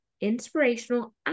inspirational